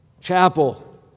chapel